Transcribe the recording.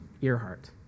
Earhart